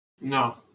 No